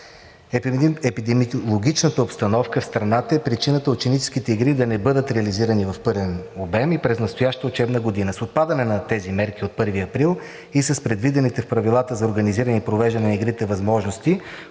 Епидемиологичната обстановка в страната е причината ученическите игри да не бъдат реализирани в пълен обем и през настоящата учебна година. С отпадане на тези мерки от 1 април и с предвидените в правилата за организиране и провеждане на игрите възможности